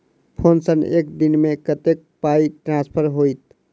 Phone सँ एक दिनमे कतेक पाई ट्रान्सफर होइत?